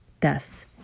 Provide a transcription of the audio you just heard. Thus